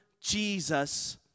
Jesus